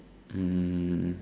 um